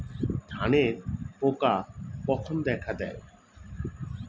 ধানের পোকা কখন দেখা দেয়?